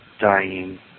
dying